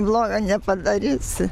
bloga nepadarysi